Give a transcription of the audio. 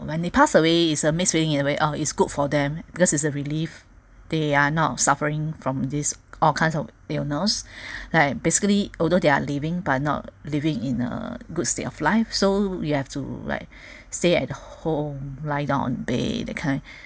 when they passed away is a mixed feeling oh it's good for them because it's a relief they are not suffering from this all kinds of illness like basically although they are living by not living in a good state of life so you have to like stay at home lie down on bed that kind